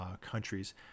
countries